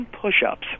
push-ups